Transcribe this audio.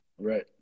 Right